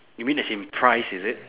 you mean as in prize is it